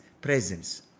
presence